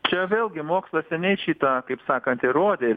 čia vėlgi mokslas seniai šitą kaip sakant įrodė